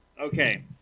Okay